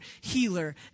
Healer